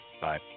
bye